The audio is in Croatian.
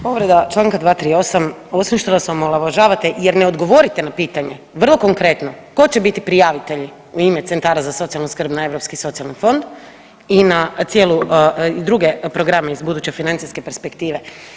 Povreda čl. 238. osim što nas omalovažavate jer ne odgovorite na pitanje vrlo konkretno tko će biti prijavitelji u ime centara za socijalnu skrb na Europski socijalni fond i na cijelu i druge programe iz buduće financijske perspektive?